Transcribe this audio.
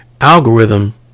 Algorithm